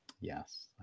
yes